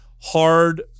Hard